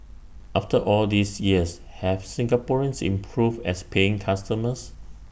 after all these years have Singaporeans improved as paying customers